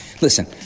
listen